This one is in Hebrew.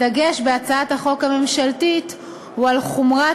הדגש בהצעת החוק הממשלתית הוא על חומרת